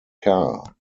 car